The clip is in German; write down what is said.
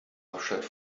hauptstadt